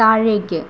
താഴേക്ക്